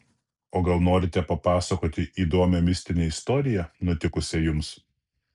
o gal norite papasakoti įdomią mistinę istoriją nutikusią jums